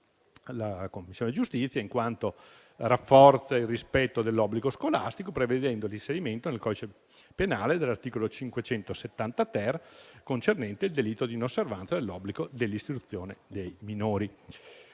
2a Commissione in quanto rafforza il rispetto dell'obbligo scolastico, prevedendo l'inserimento nel codice penale dell'articolo 570-*ter*, concernente il delitto di inosservanza dell'obbligo d'istruzione dei minori.